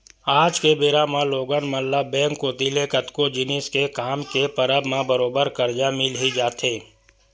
आज के बेरा म लोगन मन ल बेंक कोती ले कतको जिनिस के काम के परब म बरोबर करजा मिल ही जाथे